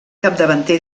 capdavanter